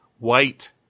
White